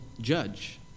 judge